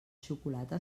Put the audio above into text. xocolate